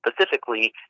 specifically